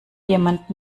jemand